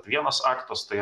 vienas aktas tai